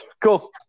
cool